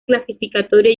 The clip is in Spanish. clasificatoria